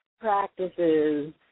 practices